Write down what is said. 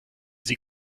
sie